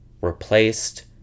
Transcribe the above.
replaced